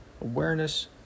awareness